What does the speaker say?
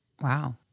Wow